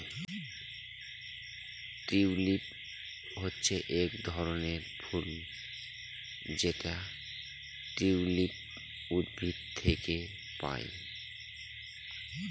tulip হচ্ছে এক ধরনের ফুল যেটা টিউলিপ উদ্ভিদ থেকে পায়